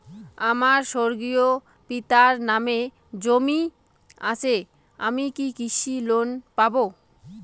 আমার স্বর্গীয় পিতার নামে জমি আছে আমি কি কৃষি লোন পাব?